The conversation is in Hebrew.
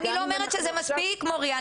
אני לא אומרת שזה מספיק מוריה,